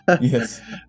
yes